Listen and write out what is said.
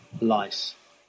life